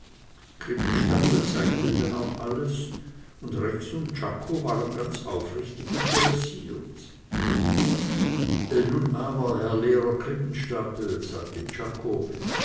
krippenstapel zeigte denn auch alles und rex und czako waren ganz aufrichtig interessiert nun aber herr lehrer krippenstapel sagte czako